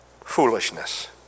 foolishness